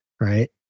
right